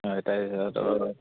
হয়